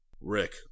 rick